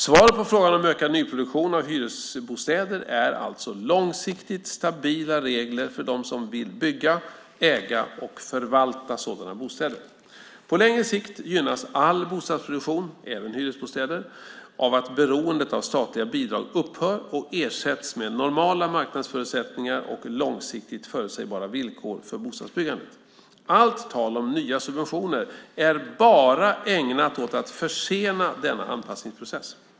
Svaret på frågan om ökad nyproduktion av hyresbostäder är alltså långsiktigt stabila regler för dem som vill bygga, äga och förvalta sådana bostäder. På längre sikt gynnas all bostadsproduktion, även hyresbostäder, av att beroendet av statliga bidrag upphör och ersätts med normala marknadsförutsättningar och långsiktigt förutsägbara villkor för bostadsbyggandet. Allt tal om nya subventioner är bara ägnat att försena denna anpassningsprocess.